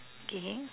okay